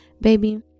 baby